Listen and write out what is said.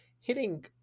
hitting